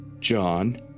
John